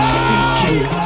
speaking